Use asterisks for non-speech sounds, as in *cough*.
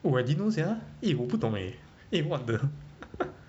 oh I didn't know sia eh 我不懂 eh what the *laughs*